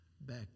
back